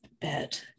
bed